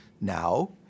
now